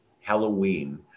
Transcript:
Halloween